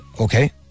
okay